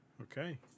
Okay